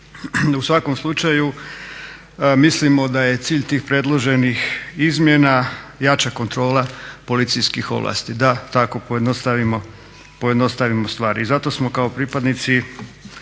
U svakome slučaju mislimo da je cilj tih predloženih izmjena jača kontrola policijskih ovlasti. Da, tako pojednostavimo stvari. I zato smo kao pripadnici